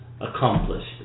accomplished